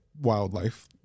wildlife